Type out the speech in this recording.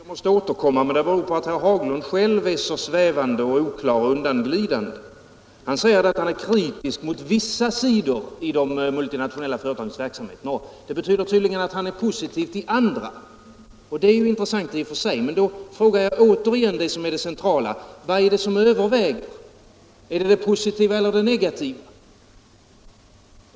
Herr talman! Jag är ledsen att jag måste återkomma, men det beror på att herr Haglund själv är så svävande, oklar och undanglidande. Han säger att han är kritisk mot vissa sidor i de multinationella företagens verksamhet. Det betyder tydligen att han är positiv till andra. Det är intressant i och för sig, men då vill jag återigen fråga honom om det centrala: Vad är det som överväger, det positiva eller det negativa?